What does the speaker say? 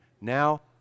now